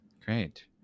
Great